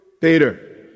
Peter